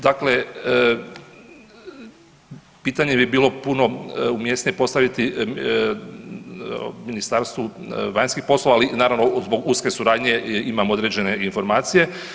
Dakle, pitanje bi bilo puno umjesnije postaviti Ministarstvu vanjskih poslova, ali naravno zbog suradnje imam određene informacije.